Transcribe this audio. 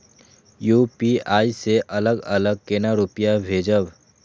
UPI से अलग अलग केना रुपया भेजब